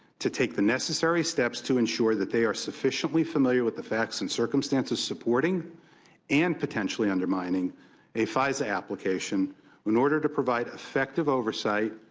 to take the necessary steps to insure that they are sufficiently familiar with the facts and circumstances supporting and potentially undermining a fisa application when ordered to provide effective oversight,